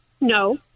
No